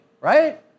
right